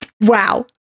Wow